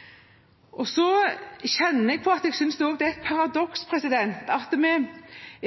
alkohol. Så kjenner jeg på at jeg også synes det er et paradoks at vi